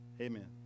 Amen